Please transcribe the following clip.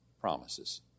promises